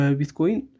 Bitcoin